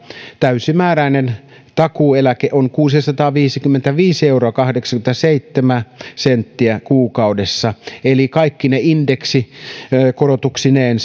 täysimääräinen takuueläke on kuusisataaviisikymmentäviisi pilkku kahdeksankymmentäseitsemän euroa kuukaudessa eli kaikkine indeksikorotuksineen